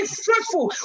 fruitful